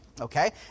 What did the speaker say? Okay